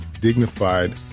dignified